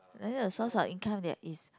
like that the source of income that is